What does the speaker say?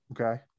Okay